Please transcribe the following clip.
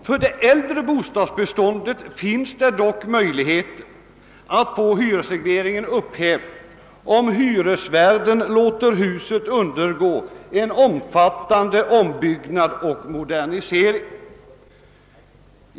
För det äldre bostadsbeståndet finns det dock möjlighet att få hyresregleringen upphävd, om hyresvärden låter huset undergå en omfattande ombyggnad och modernisering.